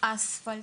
אספלט,